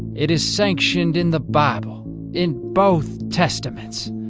it is sanctioned in the bible in both testaments,